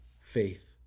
faith